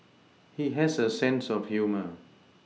he has a sense of humour